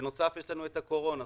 בנוסף יש לנו הקורונה.